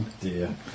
Dear